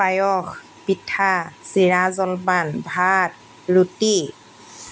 পায়স পিঠা চিৰা জলপান ভাত ৰুটি